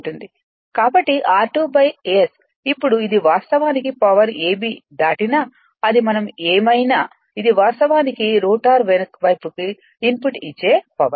కాబట్టి r2S ఇప్పుడు ఇది వాస్తవానికి పవర్ ab దాటినా అది మనం ఏమైనా ఇది వాస్తవానికి రోటర్ వైపుకు ఇన్పుట్ ఇచ్చే పవర్